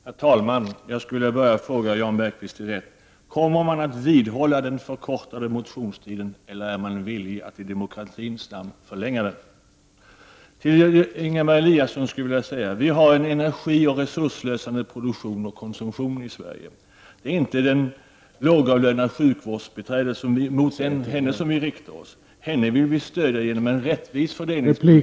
Herr talman! Jag skulle vilja börja med att fråga Jan Bergqvist: Kommer socialdemokraterna att vidhålla den förkortade motionstiden, eller är ni villiga att i demokratins namn förlänga den? Vi har, Ingemar Eliasson, en energioch resursslösande produktion och konsumtion i Sverige. Det är inte mot det lågavlönade sjukvårdsbiträdet vi vänder oss. Henne vill vi stödja genom en rättvis fördelningspolitik .